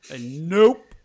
Nope